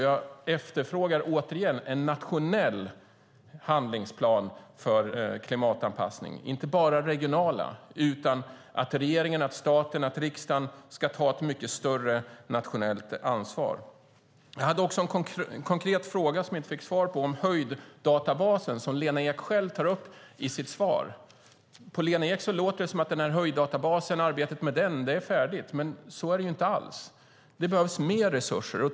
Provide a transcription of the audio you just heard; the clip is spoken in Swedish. Jag efterfrågar återigen en nationell handlingsplan för klimatanpassningen, inte bara regionala handlingsplaner, utan att staten, riksdagen, ska ta ett mycket större nationellt ansvar. Jag hade också en konkret fråga som jag inte fick svar på om höjddatabasen som Lena Ek själv tog upp i sitt svar. På Lena Ek låter det som att arbetet med höjddatabasen är färdigt, men så är det inte alls. Det behövs mer resurser.